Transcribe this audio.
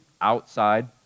outside